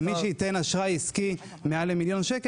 ומי שייתן אשראי עסקי מעל למיליון ₪,